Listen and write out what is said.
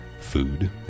food